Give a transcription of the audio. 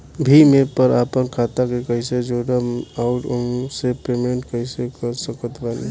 Bhim app पर आपन खाता के कईसे जोड़म आउर ओसे पेमेंट कईसे कर सकत बानी?